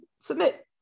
submit